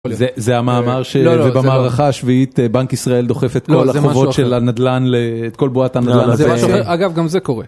זה המאמר שבמערכה השביעית בנק ישראל דוחף את כל החובות של הנדלן, את כל בועת הנדלן הזה. אגב, גם זה קורה.